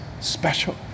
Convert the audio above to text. special